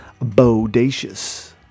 Bodacious